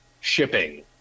shipping